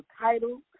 title